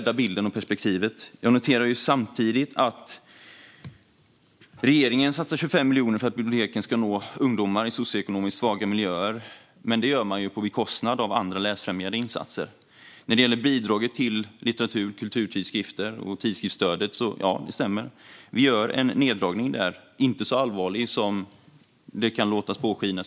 Jag noterar samtidigt att regeringen satsar 25 miljoner för att biblioteken ska nå ungdomar i socioekonomiskt svaga miljöer. Detta görs dock på bekostnad av andra läsfrämjande insatser. Vad gäller bidraget till litteratur och kulturtidskrifter och tidskriftsstödet stämmer det att vi gör en neddragning där, men det är inte så allvarligt som debatten låter påskina.